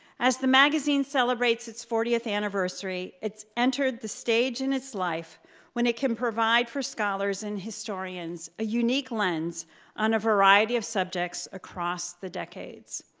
as the magazine celebrates its fortieth anniversary, it's entered the stage in its life when it can provide for scholars and historians a unique lens on a variety of subjects across the decades.